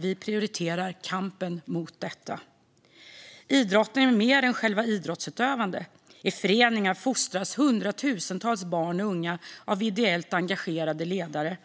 Vi prioriterar kampen mot detta. Idrotten är mer än själva idrottsutövandet. I föreningar fostras hundratusentals barn och unga av ideellt engagerade ledare.